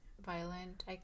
violent